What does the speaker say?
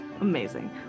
Amazing